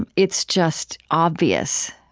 and it's just obvious.